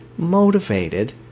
motivated